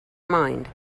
mind